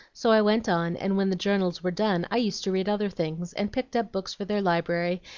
so i went on, and when the journals were done, i used to read other things, and picked up books for their library,